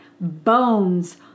bones